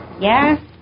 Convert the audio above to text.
Yes